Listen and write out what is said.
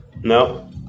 No